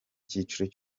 cyiciro